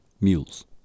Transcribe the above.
mules